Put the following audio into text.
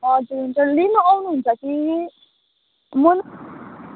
हजुर हुन्छ लिन आउनुहुन्छ कि मन